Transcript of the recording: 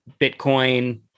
Bitcoin